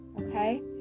Okay